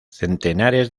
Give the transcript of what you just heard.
centenares